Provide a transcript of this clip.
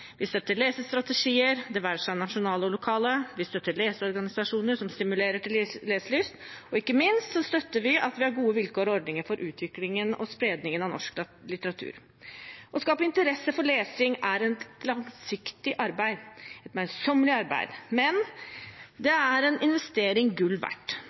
Vi støtter lesestrategier, det være seg nasjonale eller lokale, vi støtter leseorganisasjoner som stimulerer til leselyst, og ikke minst støtter vi at vi har gode vilkår og ordninger for utviklingen og spredningen av norsk litteratur. Å skape interesse for lesing er et langsiktig og møysommelig arbeid, men det er en investering gull verdt.